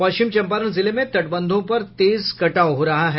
पश्चिम चंपारण जिले में तटबंधों पर तेज कटाव हो रहा है